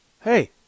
Hey